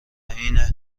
اینه